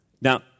Now